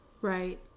Right